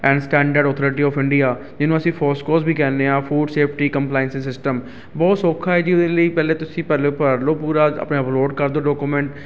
and standard authority of India ਜਿਹਨੂੰ ਅਸੀਂ FoSCoS ਵੀ ਕਹਿੰਦੇ ਹਾਂ ਫੂਡ ਸੇਫਟੀ ਕੰਪਲਾਈਂਸਸ ਸਿਸਟਮ ਬਹੁਤ ਸੌਖਾ ਹੈ ਜੀ ਉਹਦੇ ਲਈ ਪਹਿਲਾਂ ਤੁਸੀਂ ਪਹਿਲਾਂ ਉਹ ਭਰ ਲਓ ਪੂਰਾ ਆਪਣੇ ਅਪਲੋਡ ਕਰ ਦਿਓ ਡੋਕੂਮੈਂਟ